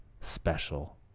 special